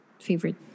favorite